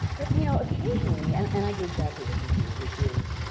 but you know occasionally, and and i do exactly what you do, which is,